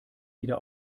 wieder